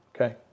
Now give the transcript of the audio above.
Okay